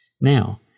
Now